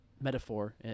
metaphor